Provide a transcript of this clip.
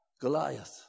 Goliath